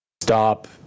stop